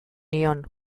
nion